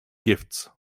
gifts